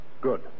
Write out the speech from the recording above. Good